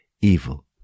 evil